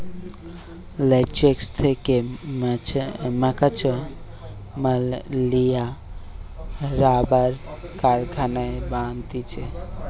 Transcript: latex থেকে মকাঁচা মাল লিয়া রাবার কারখানায় বানাতিছে